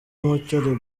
mucyo